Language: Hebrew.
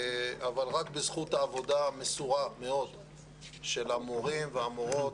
רק בזכות העבודה המסורה מאוד של המורים והמורות,